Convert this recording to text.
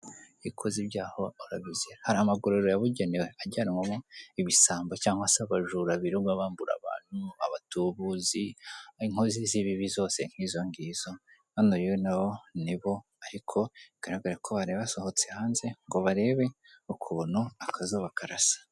Iyo ukoze ibyaha urabizira. Hari amagorero yabugenewe ajyanwamo ibisambo cyangwa se abajura birirwa bambura abantu, abatubuzi, inkozi z'ibibi zose nk'izo ngizo, hano rero na bo ni bo ariko bigaragara ko bari basohotse hanze ngo barebe ukuntu akazuba karasa.